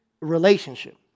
relationship